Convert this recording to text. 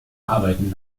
arbeiten